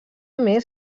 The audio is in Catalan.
més